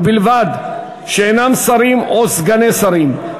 ובלבד שאינם שרים או סגני שרים,